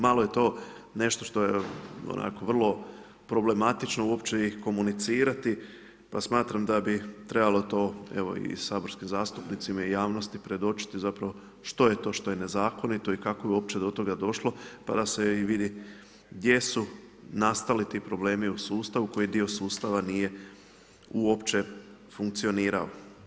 Malo je to nešto što je onako vrlo problematično uopće ih komunicirati, pa smatram da bi trebalo to evo i saborskim zastupnicima i javnosti predočiti što je to što je nezakonito i kako je uopće do toga došlo pa da se vidi gdje su nastali ti problemi u sustavu koji dio sustava nije uopće funkcionirao.